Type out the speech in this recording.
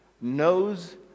knows